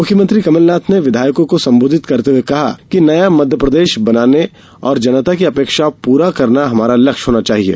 मुख्यमंत्री कमलनाथ ने विधायकों को संबोधित करते हुए कहा है कि नया मध्यप्रदेश बनाने और जनता की अपेक्षाएँ पूरा करना हमारा लक्ष्य होना चाहिये